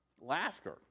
laughter